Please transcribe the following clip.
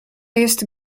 jest